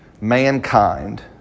mankind